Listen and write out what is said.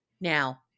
now